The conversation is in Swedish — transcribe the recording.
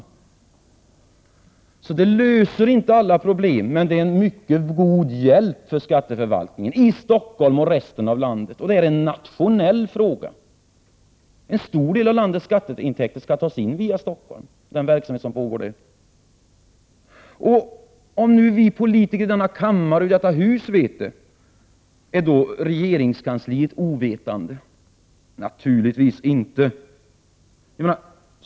Pengar löser alltså inte alla problem men är till mycket god hjälp i skatteförvaltningar i Stockholm och i andra delar av landet. Det är en nationell fråga. En stor del av landets skatteintäkter skall tas in i Stockholm genom den verksamhet som pågår där. Om vi politiker i denna kammare känner till detta, är då regeringskansliet ovetande? Naturligtvis inte.